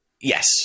yes